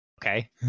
Okay